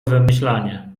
wymyślanie